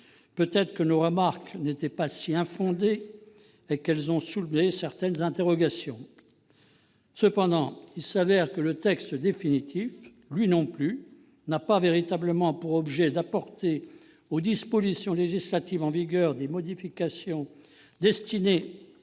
Peut-être nos remarques n'étaient-elles pas si infondées et ont-elles suscité certaines interrogations ? Néanmoins, il s'avère que le texte définitif, lui non plus, n'a pas véritablement pour objet d'apporter aux dispositions législatives en vigueur des modifications destinées à faciliter